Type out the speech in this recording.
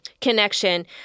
connection